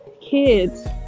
kids